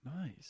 Nice